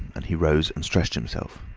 and he rose and stretched himself.